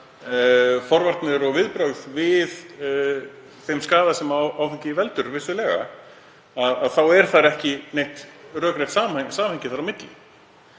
forvarnir og viðbrögð við þeim skaða sem áfengi veldur vissulega þá er ekki neitt rökrétt samhengi þar á milli.